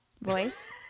voice